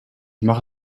mache